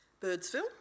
Birdsville